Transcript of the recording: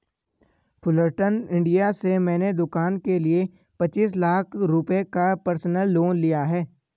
Fullerton India से मैंने दूकान के लिए पचीस लाख रुपये का पर्सनल लोन लिया है